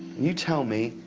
you tell me,